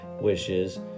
wishes